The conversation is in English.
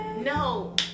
No